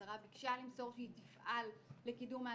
השרה ביקשה למסור שהיא תפעל לקידום ההצעה,